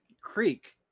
creek